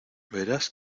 verás